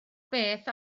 beth